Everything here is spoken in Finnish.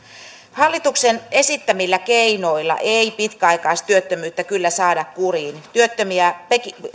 hallituksen esittämillä keinoilla ei pitkäaikaistyöttömyyttä kyllä saada kuriin työttömiä